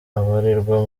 abarirwa